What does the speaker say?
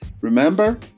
Remember